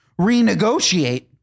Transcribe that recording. renegotiate